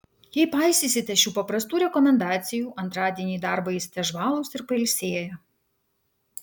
jei paisysite šių paprastų rekomendacijų antradienį į darbą eisite žvalūs ir pailsėję